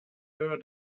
her